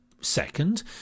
Second